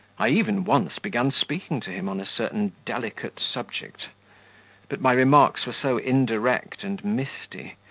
i even once began speaking to him on a certain delicate subject but my remarks were so indirect and misty,